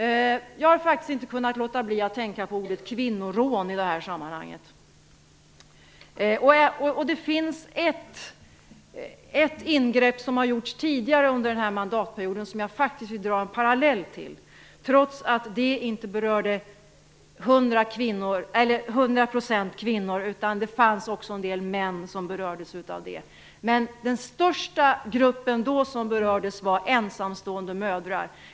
Jag har inte kunnat låta bli att tänka på ordet kvinnorån i detta sammanhang. Det har gjorts ett ingrepp tidigare under denna mandatperiod som jag faktiskt vill dra en parallell till, trots att det inte till hundra procent berörde kvinnor. Det fanns också en del män som berördes av det, men den största grupp som berördes var ensamstående mödrar.